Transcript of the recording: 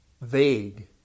vague